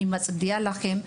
אני מצדיעה לכם,